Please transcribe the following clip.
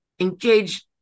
engage